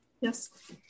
Yes